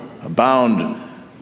abound